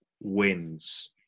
wins